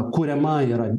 kuriama yra